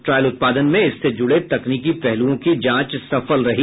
trial उत्पादन में इससे जुड़े तकनीकी पहलुओं की जांच सफल रही